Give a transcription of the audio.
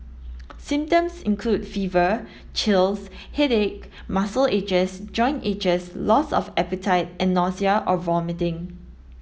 symptoms include fever chills headache muscle aches joint aches loss of appetite and nausea or vomiting